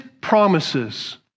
promises